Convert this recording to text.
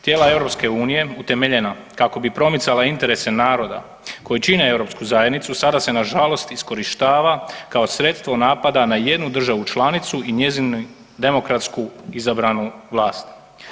Tijela EU utemeljena kako bi promicala interese naroda koji čine europsku zajednicu sada se nažalost iskorištava kao sredstvo napada na jednu državu članicu i njezinu demokratski izabranu vlast.